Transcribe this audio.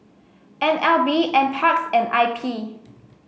N L B NParks and I P